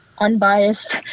unbiased